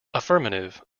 affirmative